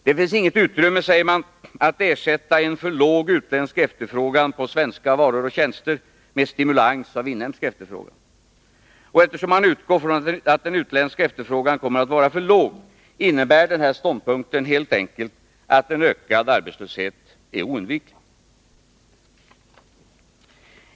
Det finns inget utrymme, säger man, för att ersätta en för låg utländsk efterfrågan på svenska varor och tjänster med stimulans av inhemsk efterfrågan. Och eftersom man utgår från att den utländska efterfrågan kommer att vara för låg, innebär denna ståndpunkt helt enkelt att en ökad arbetslöshet är oundviklig.